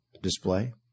display